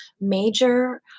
major